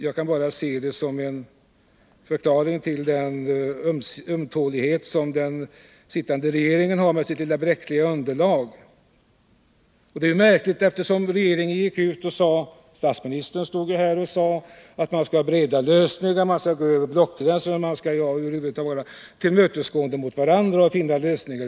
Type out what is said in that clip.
Jag kan bara som en förklaring se den ömtålighet den sittande regeringen har med sitt bräckliga underlag. Och detta är märkligt, eftersom regeringen och statsministern gick ut och sade att man skulle söka breda lösningar, gå över blockgränserna och över huvud taget vara tillmötesgående för att finna lösningar.